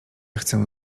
chcę